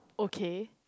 okay